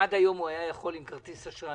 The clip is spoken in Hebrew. עד היום הוא היה יכול לקנות עם כרטיס אשראי